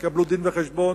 תקבלו דין-וחשבון,